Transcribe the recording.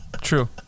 True